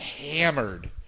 hammered